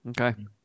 Okay